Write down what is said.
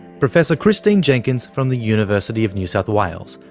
professor christine jenkins from the university of new south wales,